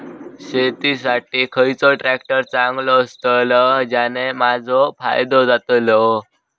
शेती साठी खयचो ट्रॅक्टर चांगलो अस्तलो ज्याने माजो फायदो जातलो?